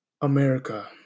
America